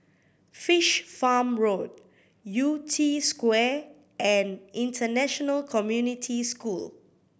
Fish Farm Road Yew Tee Square and International Community School